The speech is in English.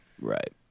Right